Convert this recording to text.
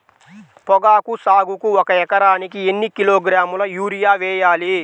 పొగాకు సాగుకు ఒక ఎకరానికి ఎన్ని కిలోగ్రాముల యూరియా వేయాలి?